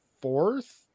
fourth